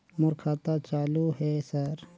मोर खाता चालु हे सर?